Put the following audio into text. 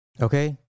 Okay